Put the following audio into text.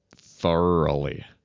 thoroughly